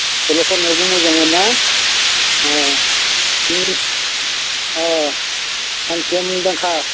सल' खन्नायावबो मोजांमोन ना बिनि मानसिया मुंदांखा